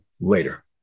later